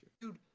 Dude